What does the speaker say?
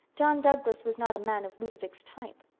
john douglas was not a man of ludovic's type.